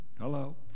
Hello